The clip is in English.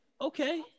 Okay